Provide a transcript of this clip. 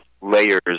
layers